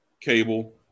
cable